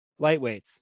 Lightweights